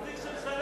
יש ממשלה,